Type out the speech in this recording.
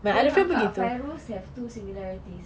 dia dengan kakak rose ada five similarities